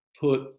Put